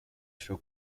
show